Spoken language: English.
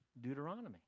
Deuteronomy